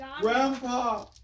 Grandpa